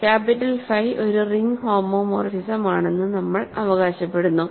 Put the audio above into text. capital phi ഒരു ring ഹോമോമോർഫിസമാണെന്ന് നമ്മൾ അവകാശപ്പെടുന്നു